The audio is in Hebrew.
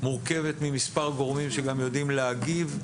מורכבת ממספר גורמים שגם יודעים להגיב.